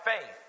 faith